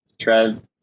trev